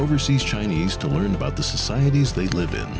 overseas chinese to learn about the societies they live in